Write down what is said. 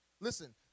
Listen